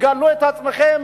תגלו את עצמכם,